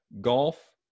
golf